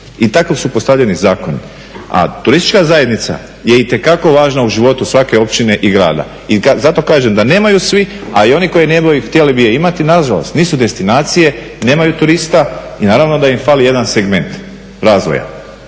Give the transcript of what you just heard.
i tako su postavljeni zakoni. A turistička zajednica je itekako važna u životu svake općine i grada i zato kažem da nemaju svi, a i oni koji nemaju htjeli bi je imati, nažalost nisu destinacije, nemaju turista i naravno da im fali jedan segment razvoja